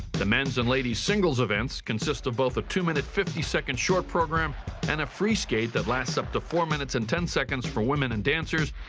the men's and ladies singles events consist of both a two minute fifty seconds short programme and a free skate that lasts up to four minutes and ten seconds for women and dancers,